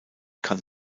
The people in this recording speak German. kann